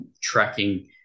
tracking